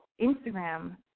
Instagram